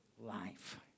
life